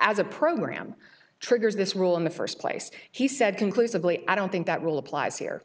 as a program triggers this rule in the first place he said conclusively i don't think that rule applies here